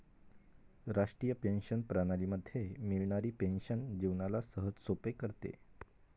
राष्ट्रीय पेंशन प्रणाली मध्ये मिळणारी पेन्शन जीवनाला सहजसोपे करते